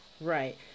Right